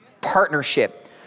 Partnership